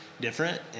different